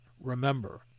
Remember